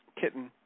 kitten